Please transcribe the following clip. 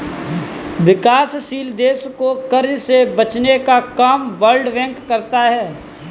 विकासशील देश को कर्ज से बचने का काम वर्ल्ड बैंक करता है